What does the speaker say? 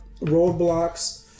roadblocks